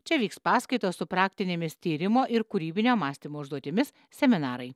čia vyks paskaitos su praktinėmis tyrimo ir kūrybinio mąstymo užduotimis seminarai